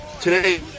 Today